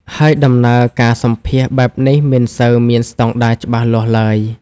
ហើយដំណើរការសម្ភាសន៍បែបនេះមិនសូវមានស្តង់ដារច្បាស់លាស់ឡើយ។